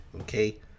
okay